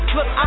Look